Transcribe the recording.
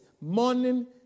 morning